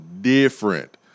different